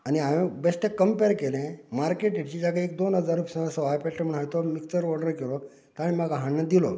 आनी हांवें बेश्टे कंमपेयर केलें मार्केट रेटीच्याकूय एक दोन हजार रुपये स सवाय पडटा म्हणोन हांवें तो मिक्सर ऑर्डर केलो ताणें म्हाका हाडून दिलो